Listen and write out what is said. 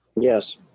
yes